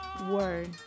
word